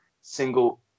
single